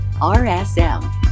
RSM